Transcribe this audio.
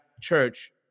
church